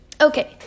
Okay